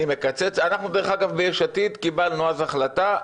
אני מקצץ אנחנו דרך אגב ביש עתיד קיבלנו אז החלטה,